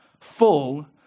full